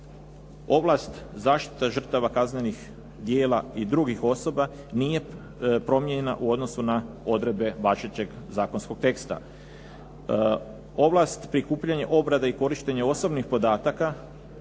Ovlast zaštita žrtava kaznenih djela i drugih osoba nije promijenjena u odnosu na odredbe važećeg zakonskog tekst. Ovlast, prikupljanje obrade i korištenje osobnih podataka